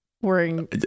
wearing